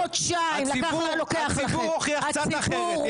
הציבור הוכיח קצת אחרת,